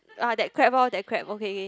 ah that crab